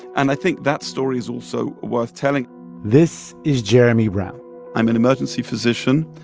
and i think that story is also worth telling this is jeremy brown i'm an emergency physician,